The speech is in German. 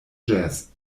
jazz